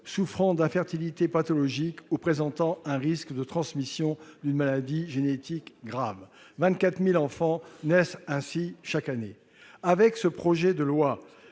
souffrant d'infertilité pathologique ou présentant un risque de transmission d'une maladie génétique grave ; 24 000 enfants naissent ainsi chaque année. Avec ce projet de loi,